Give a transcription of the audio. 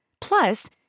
Plus